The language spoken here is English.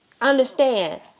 understand